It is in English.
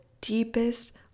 deepest